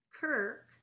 Kirk